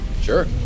sure